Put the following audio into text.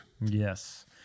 Yes